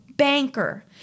banker